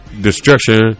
destruction